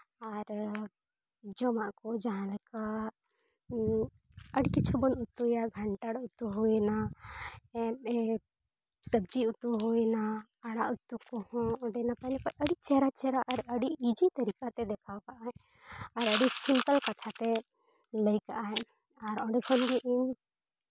ᱟᱨ ᱡᱚᱢᱟᱜ ᱠᱚ ᱡᱟᱦᱟᱸ ᱞᱮᱠᱟ ᱟᱹᱰᱤ ᱠᱤᱪᱷᱩ ᱵᱚᱱ ᱩᱛᱩᱭᱟ ᱠᱷᱟᱱᱴᱷᱟᱲ ᱩᱛᱩ ᱦᱩᱭᱮᱱᱟ ᱥᱚᱵᱽᱡᱤ ᱩᱛᱩ ᱦᱩᱭᱮᱱᱟ ᱟᱲᱟᱜ ᱩᱛᱩ ᱠᱚᱦᱚᱸ ᱚᱸᱰᱮ ᱱᱟᱯᱟᱭ ᱱᱟᱯᱟᱭ ᱟᱹᱰᱤ ᱪᱮᱦᱨᱟ ᱪᱮᱦᱨᱟ ᱟᱨ ᱟᱹᱰᱤ ᱤᱡᱤ ᱛᱟᱹᱨᱤᱠᱟᱛᱮ ᱫᱮᱠᱷᱟᱣ ᱠᱟᱜᱼᱟᱭ ᱟᱨ ᱟᱹᱰᱤ ᱥᱤᱢᱯᱤᱞ ᱠᱟᱛᱷᱟᱛᱮ ᱞᱟᱹᱭ ᱠᱟᱜᱼᱟᱭ ᱟᱨ ᱚᱸᱰᱮ ᱠᱷᱚᱱᱜᱮ ᱤᱧ